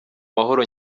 mahoro